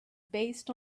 based